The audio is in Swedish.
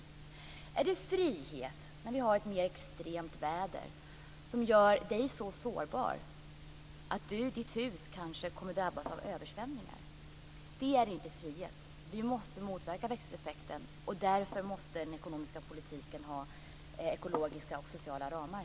Är det frihet när vi har ett mer extremt väder som gör dig så sårbar att du i ditt hus kanske kommer att drabbas av översvämningar? Det är inte frihet. Vi måste motverka växthuseffekten och därför måste den ekonomiska politiken ha ekologiska och sociala ramar.